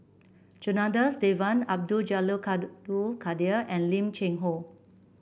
Janadas Devan Abdul Jalil Abdul Kadir and Lim Cheng Hoe